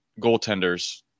goaltenders